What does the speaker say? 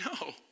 No